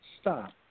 stop